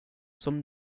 som